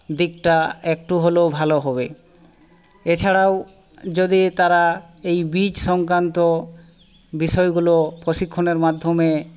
দিকটা একটু হলেও ভালো হবে এছাড়াও যদি তারা এই বীজ সংক্রান্ত বিষয়গুলো প্রশিক্ষণের মাধ্যমে